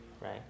right